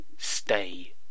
Stay